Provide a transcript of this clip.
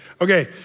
Okay